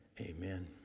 Amen